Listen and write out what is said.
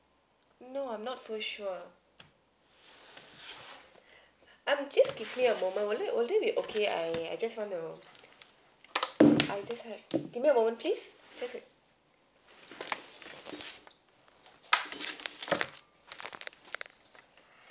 no I'm not so sure um just give me a moment will it will it be okay I I just wanna I just have give me a moment please just a